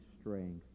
strength